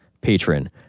patron